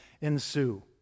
ensue